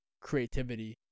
creativity